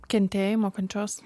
kentėjimo kančios